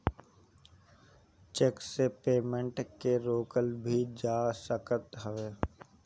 check से payment के रोकल भी जा सकत हवे